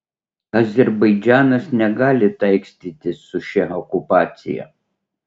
azerbaidžanas negali taikstytis su šia okupacija